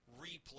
replay